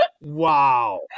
Wow